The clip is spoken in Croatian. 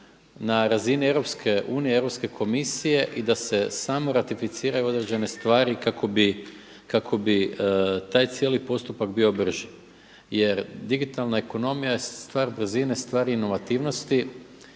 na razini EU, Europske komisije i da se samo ratificiraju određene stvari kako bi taj cijeli postupak bio brži. Jer digitalna ekonomija je stvar brzine, stvar inovativnosti